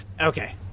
Okay